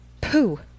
Pooh